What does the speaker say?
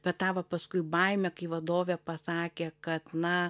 bet tą va paskui baimę kai vadovė pasakė kad na